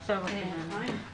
הישיבה ננעלה בשעה 16:50.